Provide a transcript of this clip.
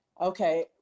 okay